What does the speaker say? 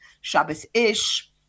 Shabbos-ish